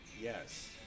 Yes